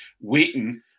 waiting